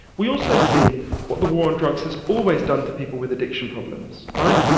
we also see what the war on drugs has always done to people with addiction problems, right?